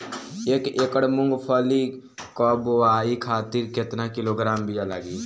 एक एकड़ मूंगफली क बोआई खातिर केतना किलोग्राम बीया लागी?